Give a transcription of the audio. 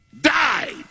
died